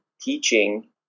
teaching